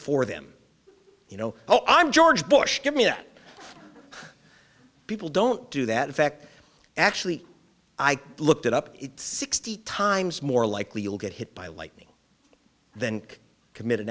for them you know oh i'm george bush give me that people don't do that effect actually i looked it up sixty times more likely you'll get hit by lightning than commit